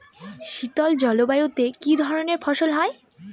শীতল জলবায়ুতে কি ধরনের ফসল হয়?